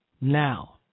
now